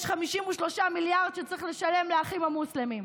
יש 53 מיליארד שצריך לשלם לאחים המוסלמים.